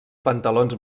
pantalons